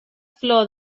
flor